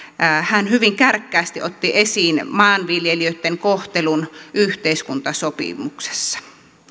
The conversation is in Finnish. hän hyvin kärkkäästi otti esiin maanviljelijöitten kohtelun yhteiskuntasopimuksessa